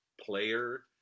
player